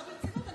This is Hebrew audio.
עכשיו ברצינות,